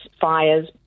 fires